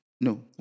No